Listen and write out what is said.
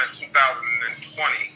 2020